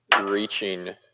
reaching